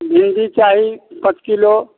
भिण्डी चाही पॉंच किलो